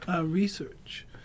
research